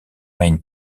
mijn